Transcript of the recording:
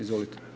Izvolite.